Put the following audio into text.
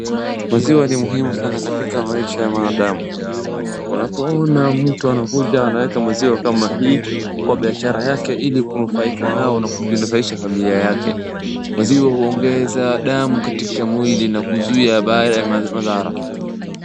Maziwa ni muhimu sana katika maisha ya mwanadamu. Unapoona mtu anakuja anaweka maziwa kama hii kwa biashara yake ili kunufaika nayo na kunufaisha familia yake. Maziwa huongeza damu katika mwili na kuzuia baadhi ya madhara.